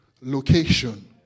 location